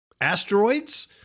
asteroids